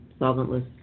solventless